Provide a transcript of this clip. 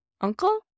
uncle